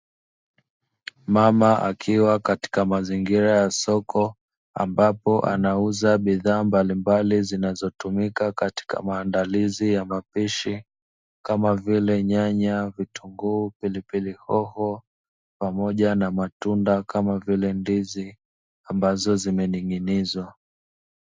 Mama akiwa katika mazingira ya soko, ambapo anauza bidhaa mbalimbali zinazotumika katika maandalizi ya mapishi kama vile: nyanya, vitunguu, pilipili hoho pamoja na matunda, kama vile dizi ambazo zimening'inizwa.